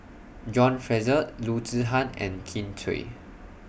John Fraser Loo Zihan and Kin Chui